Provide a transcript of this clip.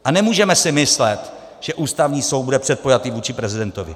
A nemůžeme si myslet, že Ústavní soud bude předpojatý vůči prezidentovi.